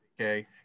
okay